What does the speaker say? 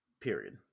period